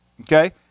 okay